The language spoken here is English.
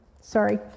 Sorry